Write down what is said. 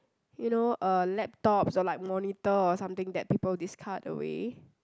you know uh laptops or like monitor or something that people discard away